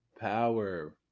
power